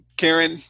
Karen